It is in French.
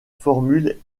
formule